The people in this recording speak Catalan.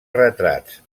retrats